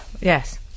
yes